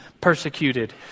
persecuted